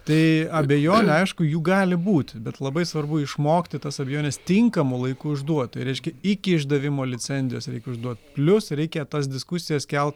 tai abejonių aišku jų gali būti bet labai svarbu išmokti tas abejones tinkamu laiku užduoti reiškia iki išdavimo licenzijos reik išduot plius reikia tas diskusijas kelt